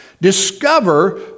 Discover